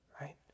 right